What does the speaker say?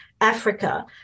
Africa